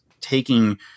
taking